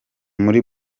muri